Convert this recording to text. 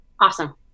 Awesome